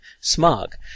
smug